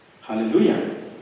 Hallelujah